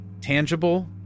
tangible